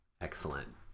Excellent